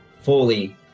fully